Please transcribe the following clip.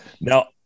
Now